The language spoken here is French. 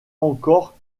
encore